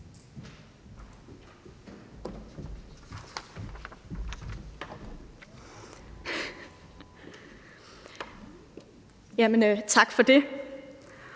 Tak for det.